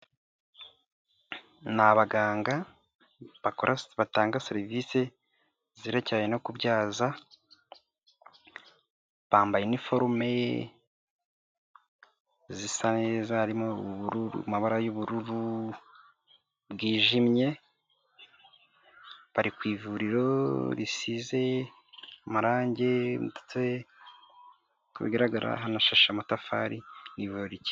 Na baganga batanga serivisi zerekeranye no kubyaza bambaye iniforume zisa nizarimo ubururu amabara y’ubururu bwijimye bari ku ivuriro risize amarangi ndetse ku bigaragara hanashashe amatafari yibara.